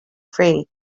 free